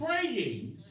praying